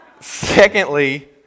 Secondly